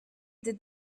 did